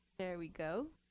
there we go.